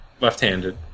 left-handed